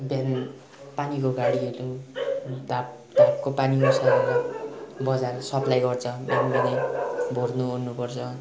बिहान पानीको गाडीहरू बजार सप्लाई गर्छ बिहान बिहानै भर्नु ओर्नु पर्छ